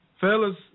Fellas